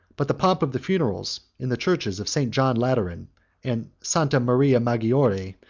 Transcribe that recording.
but the pomp of the funerals, in the churches of st. john lateran and st. maria maggiore,